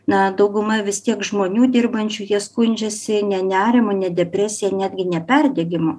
na dauguma vis tiek žmonių dirbančių jie skundžiasi ne nerimu ne depresija netgi ne perdegimu